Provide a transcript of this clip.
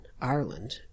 Ireland